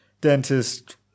dentist